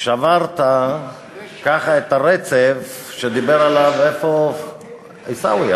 שברת ככה את הרצף שדיבר עליו, איפה עיסאווי?